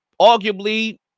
arguably